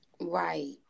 Right